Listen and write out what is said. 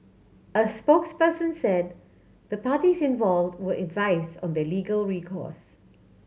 a spokesperson said the parties involved were advise on their legal recourse